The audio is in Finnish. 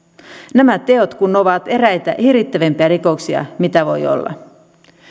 nämä teot kun ovat eräitä hirvittävimpiä rikoksia mitä voi olla